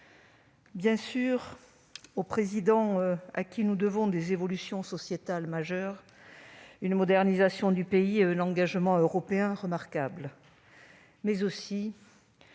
de la République, auquel nous devons des évolutions sociétales majeures, une modernisation du pays et un engagement européen remarquable,